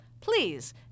Please